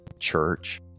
church